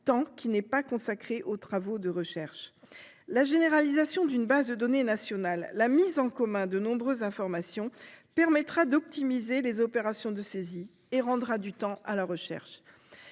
temps qui n'est pas consacré aux travaux de recherche. La généralisation d'une base de données nationale et la mise en commun de nombreuses informations permettront d'optimiser les opérations de saisie et rendront du temps à la recherche.